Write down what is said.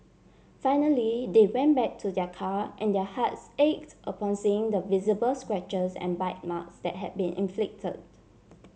finally they went back to their car and their hearts ached upon seeing the visible scratches and bite marks that had been inflicted